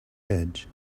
edge